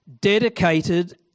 dedicated